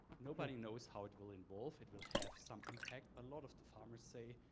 nobody knows how it will evolve. it will have some impact, a lot of the farmers say,